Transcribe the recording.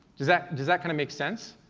does that does that kinda make sense?